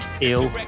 ill